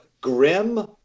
Grim